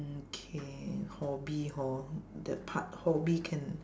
mm K hobby hor that part hobby can